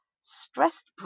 Stressed